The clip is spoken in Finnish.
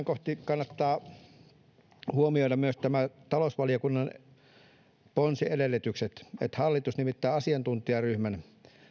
kohtaa kannattaa huomioida myös talousvaliokunnan ponsiedellytykset että hallitus nimittää asiantuntijaryhmän